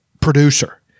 producer